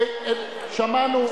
שמענו.